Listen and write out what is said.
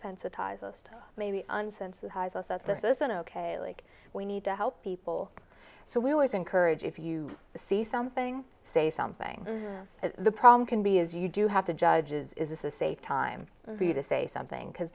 sensitized maybe uncensored has us that this isn't ok like we need to help people so we always encourage if you see something say something the problem can be is you do have to judge is this a safe time for you to say something because